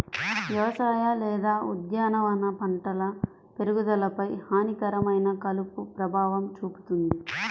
వ్యవసాయ లేదా ఉద్యానవన పంటల పెరుగుదలపై హానికరమైన కలుపు ప్రభావం చూపుతుంది